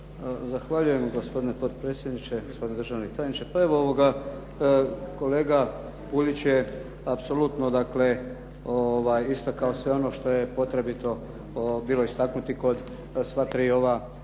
Zahvaljujem gospodine potpredsjedniče, gospodine državni tajniče. Pa evo kolega Puljić je apsolutno dakle istakao ono što je potrebito bilo istaknuti kod sva tri ova